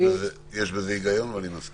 יש בזה היגיון ואני מסכים.